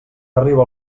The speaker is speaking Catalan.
arriba